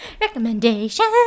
Recommendations